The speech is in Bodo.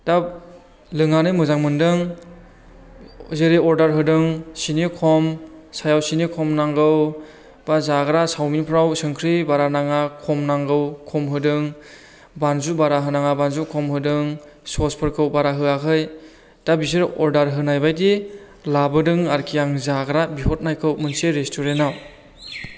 दा लोंनानै मोजां मोन्दों जेरै अर्डार होदों सिनि खम साहायाव सिनि खम नांगौ एबा जाग्रा साउमिनफ्राव संख्रि बारा नाङा खम नांगौ खम होदों बानजु बारा होनाङा बानजु खम होदों स'सफोरखौ बारा होयाखै दा बिसोरो अर्डार होनायबायदि लाबोदों आरोखि आं जाग्रा बिहरनायखौ मोनसे रेस्टुरेनाव